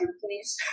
please